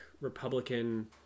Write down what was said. Republican